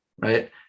right